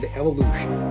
evolution